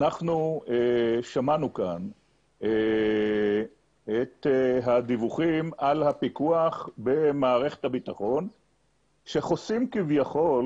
אנחנו שמענו כאן את הדיווחים על הפיקוח במערכת הביטחון שחוסים כביכול